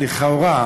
לכאורה,